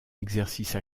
exercice